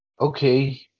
okay